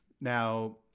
Now